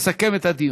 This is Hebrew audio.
יסכם את הדיון.